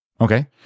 okay